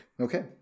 Okay